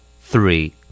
Three